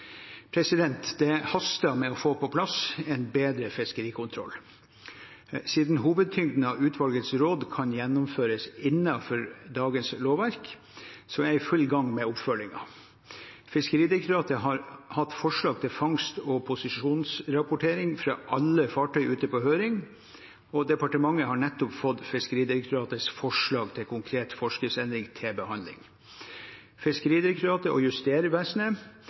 Det haster med å få på plass en bedre fiskerikontroll. Siden hovedtyngden av utvalgets råd kan gjennomføres innenfor dagens lovverk, er jeg i full gang med oppfølgingen. Fiskeridirektoratet har hatt forslag til fangst- og posisjonsrapportering fra alle fartøy ute på høring, og departementet har nettopp fått Fiskeridirektoratets forslag til konkret forskriftsendring til behandling. Fiskeridirektoratet og Justervesenet